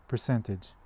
Percentage